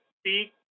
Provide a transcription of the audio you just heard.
speak